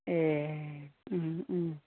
ए